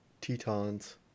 Tetons